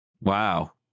wow